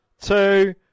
two